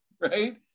right